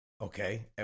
Okay